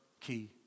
key